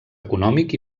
econòmic